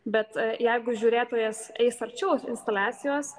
bet jeigu žiūrėtojas eis arčiau instaliacijos